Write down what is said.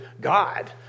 God